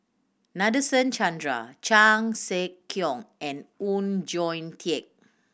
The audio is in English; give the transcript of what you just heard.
Nadasen Chandra Chan Sek Keong and Oon Jin Teik